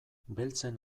beltzen